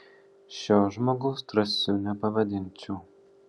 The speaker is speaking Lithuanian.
šio žmogaus drąsiu nepavadinčiau